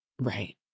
Right